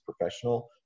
professional